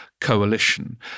coalition